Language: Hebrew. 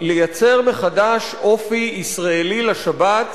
לייצר מחדש אופי ישראלי לשבת,